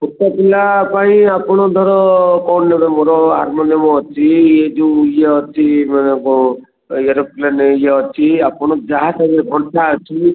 ଛୋଟପିଲା ପାଇଁ ଆପଣ ଧର କ'ଣ ନେବେ ମୋର ହାର୍ମୋନିୟମ୍ ଅଛି ଇଏ ଯୋଉ ଇଏ ଅଛି ମାନେ କ'ଣ ଏରୋପ୍ଲେନ୍ ଇଏ ଅଛି ଆପଣ ଯାହା ଚାହିଁବେ ଘଣ୍ଟା ଅଛି